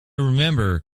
remember